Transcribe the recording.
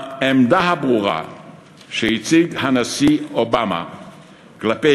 העמדה הברורה שהציג הנשיא אובמה כלפי